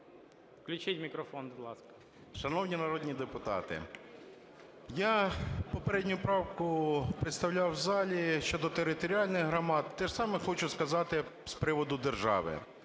Включіть мікрофон, будь ласка. 12:49:16 МАМКА Г.М. Шановні народні депутати, я попередню правку представляв у залі щодо територіальних громад. Те ж саме хочу сказати з приводу держави.